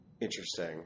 Interesting